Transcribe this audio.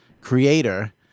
creator